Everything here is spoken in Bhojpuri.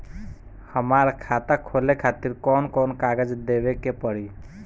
हमार खाता खोले खातिर कौन कौन कागज देवे के पड़ी?